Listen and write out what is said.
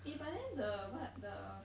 eh but then the what the